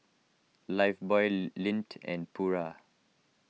Lifebuoy Lindt and Pura